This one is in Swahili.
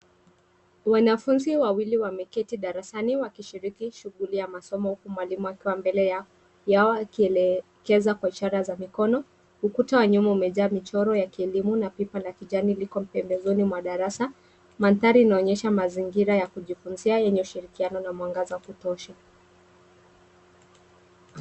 Wanafunzi wawili wameketi darasani wakishiriki shughuli ya masomo huku mwalimu akiwa mbele yao akielekeza kwa ishara za mikono , ukuta wa nyuma umejaa michoro za kielimu na pipa la kijani liko pembezoni mwa darasa , mandhari inaonyesha mazingira ya kujifunzia yenye ushirikiano na mwangaza wa kutosha.